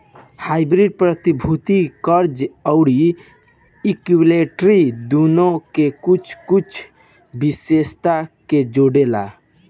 hybrid प्रतिभूति, कर्ज अउरी इक्विटी दुनो के कुछ कुछ विशेषता के जोड़ेला